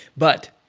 but,